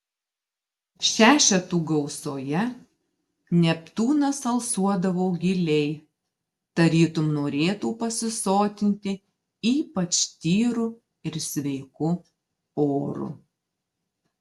šešetų gausoje neptūnas alsuodavo giliai tarytum norėtų pasisotinti ypač tyru ir sveiku oru